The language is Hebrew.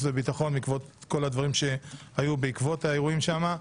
והביטחון בעקבות כל הדברים שהיו בעקבות האירועים שם,